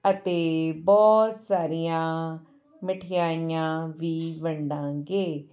ਅਤੇ ਬਹੁਤ ਸਾਰੀਆਂ ਮਠਿਆਈਆਂ ਵੀ ਵੰਡਾਂਗੇ